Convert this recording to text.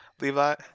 Levi